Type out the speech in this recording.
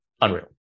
unreal